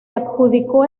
adjudicó